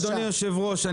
אדוני היושב ראש,